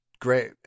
great